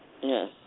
Yes